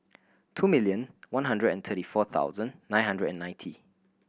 two million one hundred and thirty four thousand nine hundred and ninety